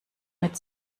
mit